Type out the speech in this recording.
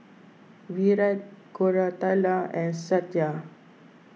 Virat Koratala and Satya